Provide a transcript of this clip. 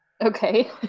Okay